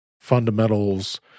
fundamentals